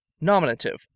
nominative